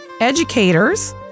educators